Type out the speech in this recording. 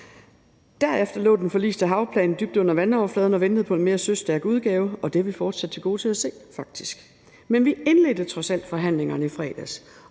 Derefter lå den forliste havplan dybt under vandoverfladen og ventede på en mere søstærk udgave, og den har vi fortsat til gode at se – faktisk. Men vi indledte trods alt forhandlingerne i fredags,